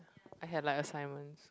I had like assignments